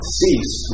cease